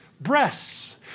breasts